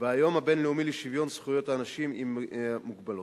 והיום הבין-לאומי לשוויון זכויות לאנשים עם מוגבלות.